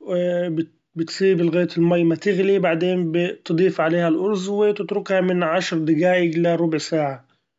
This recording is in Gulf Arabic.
وبتسيبه لغأية المأية ما تغلي ، بعدين بتضيف عليها الأرز وبتتركها من عشر دقأيق لربع ساعة.